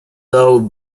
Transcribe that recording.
though